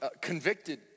convicted